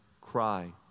cry